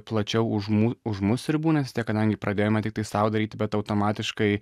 plačiau už mu už mus ribų nes vis tiek kadangi pradėjome tiktai sau daryti bet automatiškai